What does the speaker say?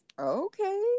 Okay